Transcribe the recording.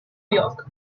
york